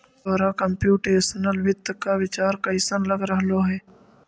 तोहरा कंप्युटेशनल वित्त का विचार कइसन लग रहलो हे